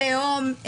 לאום,